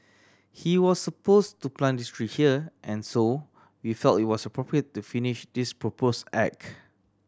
he was suppose to plant this tree here and so we felt it was appropriate to finish this propose act